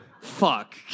Fuck